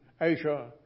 Asia